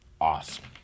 awesome